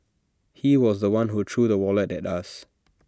he was The One who threw the wallet at us